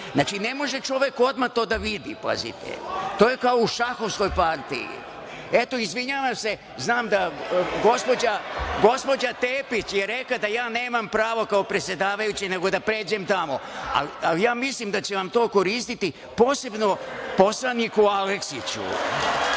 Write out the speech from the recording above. Znači, ne može čovek odmah to da vidite. To je ako u šahovskoj partiji. Izvinjavam se, znam da gospođa Tepić je rekla da ja nemam pravo kao predsedavajući nego da pređem tamo, ali ja mislim da će vam to koristiti, posebno poslaniku Aleksiću.